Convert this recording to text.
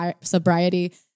sobriety